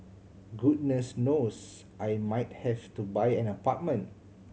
goodness knows I might have to buy an apartment